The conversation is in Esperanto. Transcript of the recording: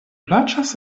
plaĉas